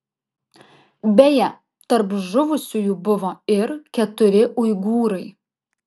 beje tarp žuvusiųjų buvo ir keturi uigūrai